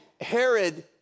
Herod